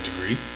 degree